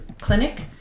clinic